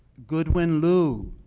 goodwin liu,